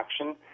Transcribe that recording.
action